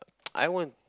I won't